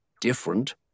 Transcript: different